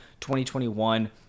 2021